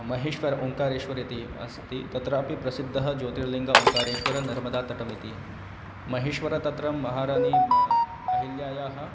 महेश्वरः ओङ्कारेश्वरः इति अस्ति तत्रापि प्रसिद्धः ज्योतिर्लिङ्गः ओङ्कारेश्वरनर्मदातटम् इति महेश्वरः तत्र महाराणी अहिल्यायाः